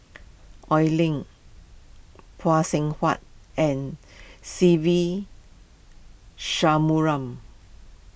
Oi Lin Phay Seng Whatt and Se Ve